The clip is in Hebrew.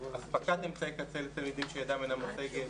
אספקת אמצעי קצה לתלמידים שידם אינה משגת,